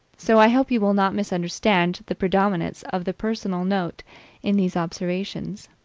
so i hope you will not misunderstand the predominance of the personal note in these observations.